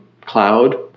Cloud